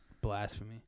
blasphemy